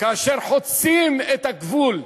כאשר חוצים את הגבול,